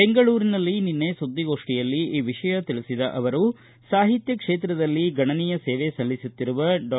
ಬೆಂಗಳೂರಿನಲ್ಲಿ ನಿನ್ನೆ ಸುದ್ದಿಗೋಷ್ಠಿಯಲ್ಲಿ ಈ ವಿಷಯ ತಿಳಿಸಿದ ಅವರು ಸಾಹಿತ್ಯ ಕ್ಷೇತ್ರದಲ್ಲಿ ಗಣನೀಯ ಸೇವೆ ಸಲ್ಲಿಸುತ್ತಿರುವ ಡಾ